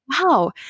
Wow